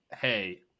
hey